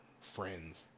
friends